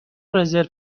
رزرو